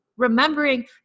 remembering